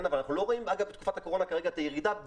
אבל אנחנו לא רואים אגב בתקופת הקורונה כרגע את הירידה,